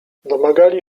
domagali